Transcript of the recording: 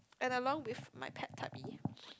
and along with my pet Tabi